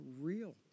real